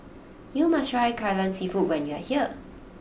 you must try Kai Lan Seafood when you are here